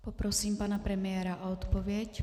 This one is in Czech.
Poprosím pana premiéra o odpověď.